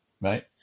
Right